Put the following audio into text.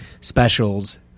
specials